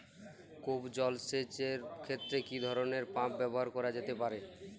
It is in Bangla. কূপ জলসেচ এর ক্ষেত্রে কি ধরনের পাম্প ব্যবহার করা যেতে পারে?